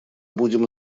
будем